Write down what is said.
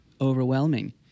overwhelming